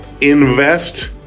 invest